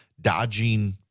dodging